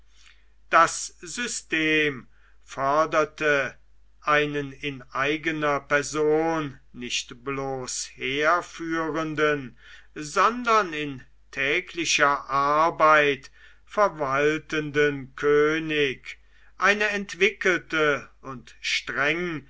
das system forderte einen in eigener person nicht bloß heerführenden sondern in täglicher arbeit verwaltenden könig eine entwickelte und streng